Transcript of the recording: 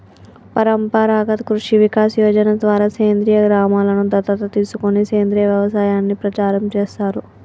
పరంపరాగత్ కృషి వికాస్ యోజన ద్వారా సేంద్రీయ గ్రామలను దత్తత తీసుకొని సేంద్రీయ వ్యవసాయాన్ని ప్రచారం చేస్తారు